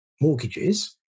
mortgages